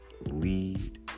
lead